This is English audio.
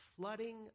flooding